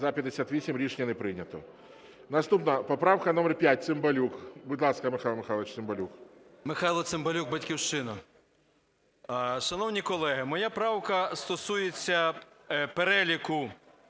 За-58 Рішення не прийнято. Наступна поправка номер 5, Цимбалюк. Будь ласка, Михайло Михайлович Цимбалюк. 12:44:29 ЦИМБАЛЮК М.М. Михайло Цимбалюк, "Батьківщина". Шановні колеги, моя правка стосується переліку